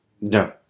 No